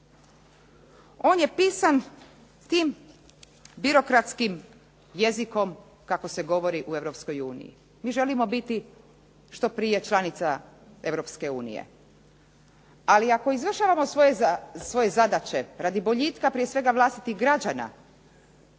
On je pisan tim birokratskim jezikom kako se govori u Europskoj uniji. Mi želimo biti što prije članica Europske unije, ali ako izvršavamo svoje zadaće radi boljitka prije svega vlastitih građana,